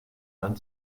mann